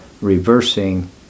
reversing